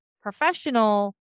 professional